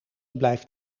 blijft